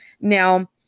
now